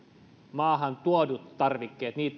maahan tuotujenkin tarvikkeiden